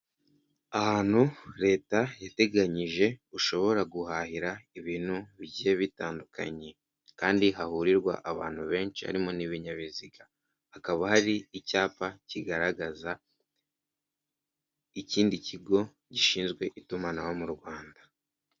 Ahantu leta yateganyije ushobora guhahira ibintu bigiye bitandukanye, kandi hahurirwa abantu benshi harimo n'ibinyabiziga hakaba hari icyapa kigaragaza ikindi kigo gishinzwe itumanaho mu Rwanda.